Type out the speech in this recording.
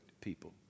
people